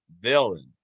villain